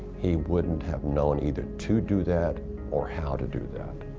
he wouldn't have known either to do that or how to do that.